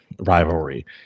rivalry